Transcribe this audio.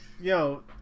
Yo